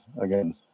again